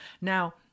now